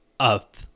up